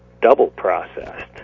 double-processed